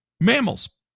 mammals